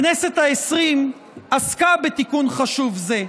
הכנסת העשרים עסקה בתיקון חשוב זה,